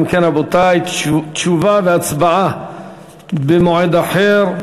אם כן, רבותי, תשובה והצבעה במועד אחר.